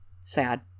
sad